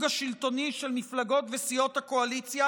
השלטוני של מפלגות וסיעות הקואליציה,